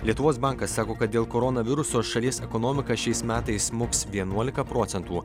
lietuvos bankas sako kad dėl koronaviruso šalies ekonomika šiais metais smuks vienuolika procentų